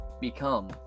become